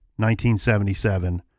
1977